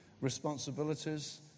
responsibilities